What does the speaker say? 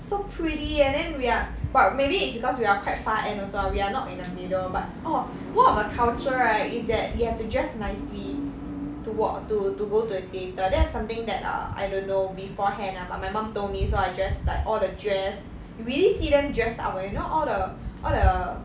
so pretty and then we are but maybe it's because we are quite far end also ah we are not in the middle but orh one of the culture right is that you have to dress nicely to walk to to go to the theatre that's something that uh I don't know beforehand ah but my mom told me so I just like all the dress you really see them dress up leh you know all the all the